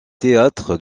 théâtres